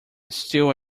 still